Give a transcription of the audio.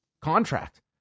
contract